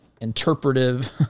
interpretive